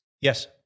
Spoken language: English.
Yes